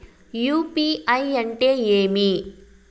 UPI అంటే ఏమి?